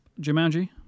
jumanji